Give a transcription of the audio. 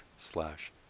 slash